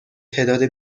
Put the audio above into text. تعداد